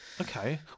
Okay